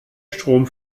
strom